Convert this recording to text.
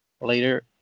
later